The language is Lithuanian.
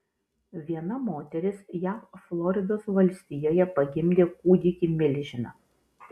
viena moteris jav floridos valstijoje pagimdė kūdikį milžiną